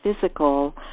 physical